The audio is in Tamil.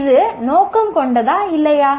இது நோக்கம் கொண்டதா இல்லையா